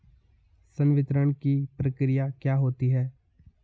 संवितरण की प्रक्रिया क्या होती है?